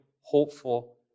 hopeful